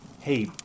hey